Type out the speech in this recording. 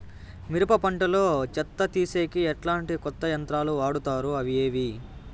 మిరప పంట లో చెత్త తీసేకి ఎట్లాంటి కొత్త యంత్రాలు వాడుతారు అవి ఏవి?